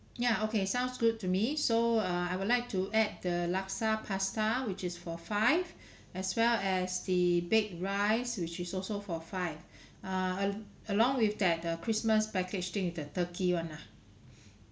ya okay sounds good to me so err I would like to add the laksa pasta which is for five as well as the baked rice which is also for five err along with that uh the christmas package thing the turkey one lah